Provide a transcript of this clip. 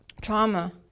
trauma